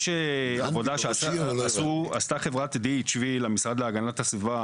יש עבודה שעשתה חברת DHV למשרד להגנת הסביבה